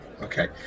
Okay